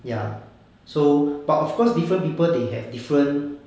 ya so but of course different people they have different